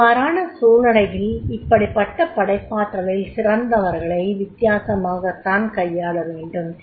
இவ்வாறான சூழலில் இப்படிபட்ட படைப்பாற்றலில் சிறந்தவர்களை வித்தியாசமாகத்தான் கையாளவேண்டும்